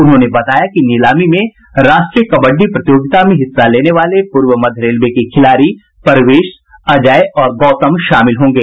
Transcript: उन्होंने बताया कि नीलामी में राष्ट्रीय कबड्डी प्रतियोगिता में हिस्सा लेने वाले पूर्व मध्य रेलवे के खिलाड़ी परवेश अजय और गौतम शामिल होंगे